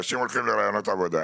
אנשים הולכים לראיונות עבודה,